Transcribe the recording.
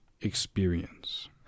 experience